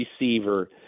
receiver